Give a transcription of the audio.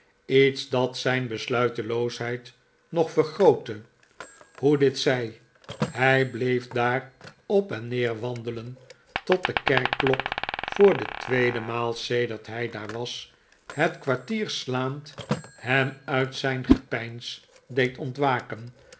iets dat zijn besluiteloosheid nog vergrootte hoe dit zij hij bleef daar op en neer wandelen tot de kerkklok voor de tweede maal sedert hij daar was het kwartier slaand hem uit zijn gepeins deed ontwaken